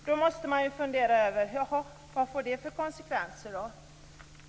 Då måste man fundera. Vad får det för konsekvenser?